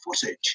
footage